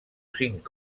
cinc